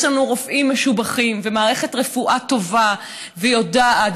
יש לנו רופאים משובחים ומערכת רפואה טובה ויודעת,